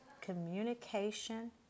communication